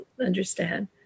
understand